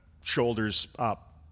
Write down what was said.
shoulders-up